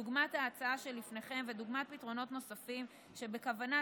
דוגמת ההצעה שלפניכם ודוגמת פתרונות נוספים שבכוונת